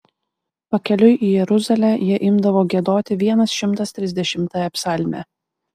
pakeliui į jeruzalę jie imdavo giedoti vienas šimtas trisdešimtąją psalmę